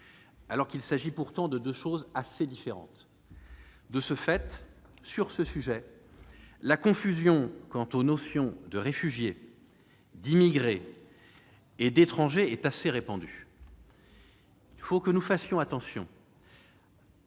alors qu'il s'agit pourtant de deux choses assez différentes. De ce fait, sur le sujet, la confusion quant aux notions de réfugiés, d'immigrés et d'étrangers est assez répandue. Il faut que nous prenions garde à ne